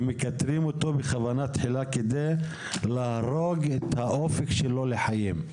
הם מכתרים אותו בכוונה תחילה כדי להרוג את האופק שלו לחיים.